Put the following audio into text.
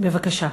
בבקשה.